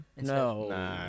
No